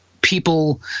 people